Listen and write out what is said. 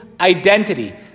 identity